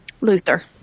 Luther